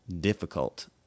difficult